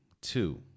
Two